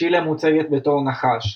צ'ילה מוצגת בתור נחש.